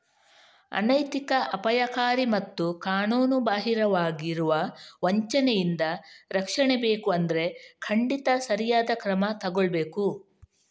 ಅನೈತಿಕ, ಅಪಾಯಕಾರಿ ಮತ್ತು ಕಾನೂನುಬಾಹಿರವಾಗಿರುವ ವಂಚನೆಯಿಂದ ರಕ್ಷಣೆ ಬೇಕು ಅಂದ್ರೆ ಖಂಡಿತ ಸರಿಯಾದ ಕ್ರಮ ತಗೊಳ್ಬೇಕು